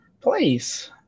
place